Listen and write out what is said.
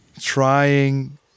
trying